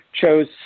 chose